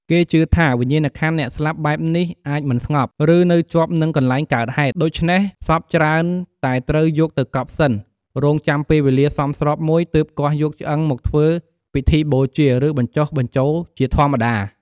គេជឿថា វិញ្ញាណក្ខន្ធអ្នកស្លាប់បែបនេះអាចមិនស្ងប់ ឬនៅជាប់នឹងកន្លែងកើតហេតុ ដូច្នេះ សពច្រើនតែត្រូវយកទៅកប់សិន រង់ចាំពេលវេលាសមស្របមួយ ទើបគាស់យកឆ្អឹងមកធ្វើពិធីបូជា ឬបញ្ចុះបញ្ចូលជាធម្មតា។